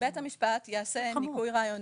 בית המשפט יעשה ניכוי רעיוני,